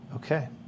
Okay